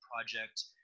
project